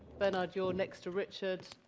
bernard you're next to richard,